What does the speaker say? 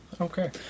Okay